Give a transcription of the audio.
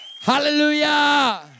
Hallelujah